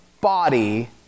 body